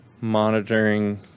monitoring